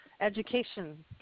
education